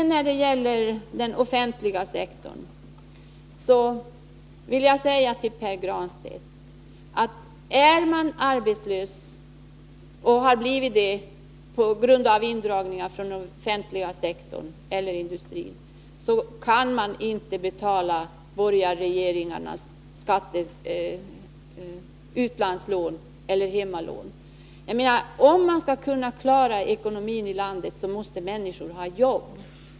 När det gäller den offentliga sektorn vill jag säga till Pär Granstedt, att är man arbetslös och har blivit detta på grund av indragning inom den offentliga sektorn eller industrin, kan man inte betala borgarregeringarnas utlandslån eller hemmalån. Skall man kunna klara ekonomin i landet, måste människor ha arbete.